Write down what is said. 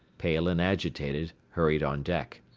pale and agitated, hurried on deck.